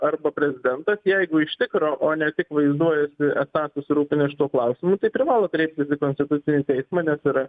arba prezidentas jeigu iš tikro o ne tik vaizduojasi esą susirūpinęs šituo klausimu tai privalo kreiptis į konstitucinį teismą nes yra